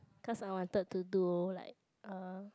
cause I wanted to do like uh